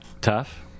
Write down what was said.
tough